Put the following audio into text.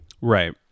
Right